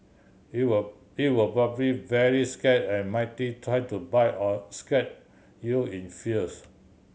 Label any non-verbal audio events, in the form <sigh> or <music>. it will it will probably very scared and <unintelligible> try to bite or scratch you in fears